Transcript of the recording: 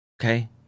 Okay